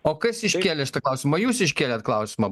o kas iškėlė šitą klausimą jūs iškėlėt klausimą